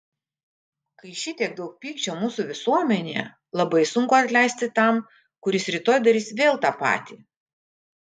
kai šitiek daug pykčio mūsų visuomenėje labai sunku atleisti tam kuris rytoj darys vėl tą patį